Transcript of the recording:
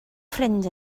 ffrind